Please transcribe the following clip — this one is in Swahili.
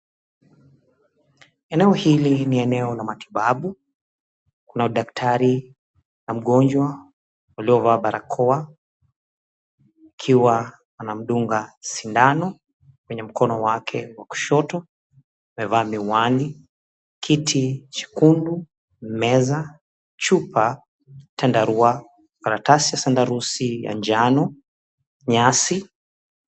Eneo hili ni eneo la matibabu. Kuna daktari na mgonjwa waliovaa barakoa, akiwa anamdunga sindano kwenye mkono wake wa kushoto. Amevaa miwani. Kiti chekundu, meza, chupa, chandarua, karatasi ya sandarusi ya njano, nyasi...